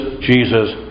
Jesus